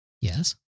Yes